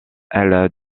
elle